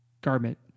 garment